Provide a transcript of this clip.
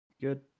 Good